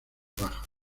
bajas